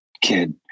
kid